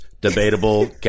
Debatable